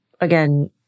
again